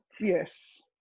Yes